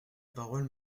parole